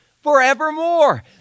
forevermore